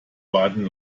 warten